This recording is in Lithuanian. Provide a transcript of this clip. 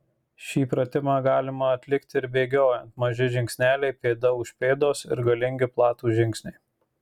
šį pratimą galima atlikti ir bėgiojant maži žingsneliai pėda už pėdos ir galingi platūs žingsniai